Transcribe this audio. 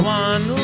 one